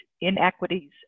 inequities